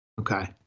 Okay